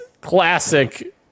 classic